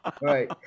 right